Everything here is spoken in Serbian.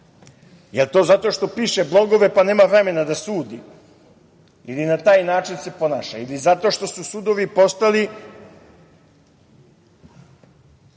Jel to zato što piše blogove, pa nema vremena da sudi ili na taj način se ponaša? Ili zato što su sudovi postali